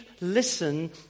listen